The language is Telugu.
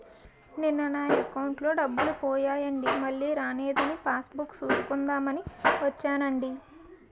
నిన్న నా అకౌంటులో డబ్బులు పోయాయండి మల్లీ రానేదని పాస్ బుక్ సూసుకుందాం అని వచ్చేనండి